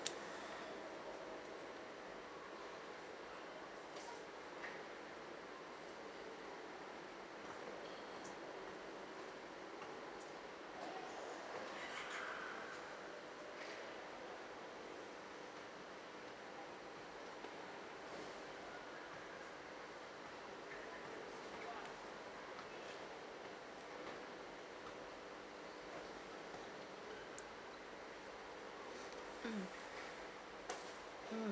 mm